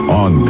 on